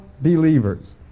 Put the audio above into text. believers